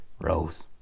rose